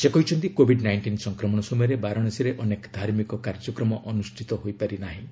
ସେ କହିଛନ୍ତି COVID nineteen ସଂକ୍ରମଣ ସମୟରେ ବାରାଶାସୀରେ ଅନେକ ଧାର୍ମିକ କାର୍ଯ୍ୟକ୍ରମ ଅନ୍ରଷ୍ଠିତ ହୋଇପାରି ନାହିଁ